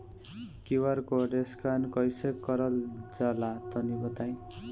QR code scan कैसे क़रल जला तनि बताई?